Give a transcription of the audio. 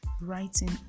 writing